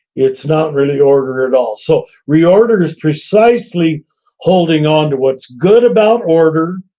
it's not really order at all so reorder is precisely holding on to what's good about order.